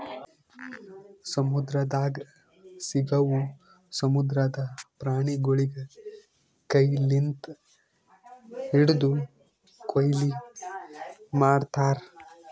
ಸಮುದ್ರದಾಗ್ ಸಿಗವು ಸಮುದ್ರದ ಪ್ರಾಣಿಗೊಳಿಗ್ ಕೈ ಲಿಂತ್ ಹಿಡ್ದು ಕೊಯ್ಲಿ ಮಾಡ್ತಾರ್